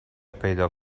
پیدا